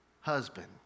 husband